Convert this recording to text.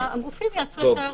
הגופים יעשו את ההיערכות שלהם.